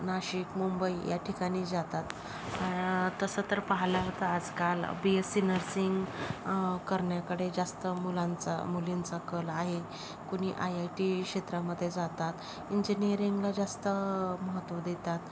नाशिक मुंबई याठिकाणी जातात तसं तर पाहिलं तर आजकाल बी एस सी नर्सिंग करण्याकडे जास्त मुलांचा मुलींचा कल आहे कुणी आय आय टी क्षेत्रामध्ये जातात इंजिनीअरिंगला जास्त महत्त्व देतात